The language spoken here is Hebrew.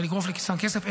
ולגרוף לכיסן כסף.